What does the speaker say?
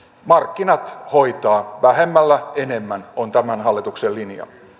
markkinat hoitavat vähemmällä enemmän on tämän hallituksen linja